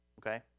okay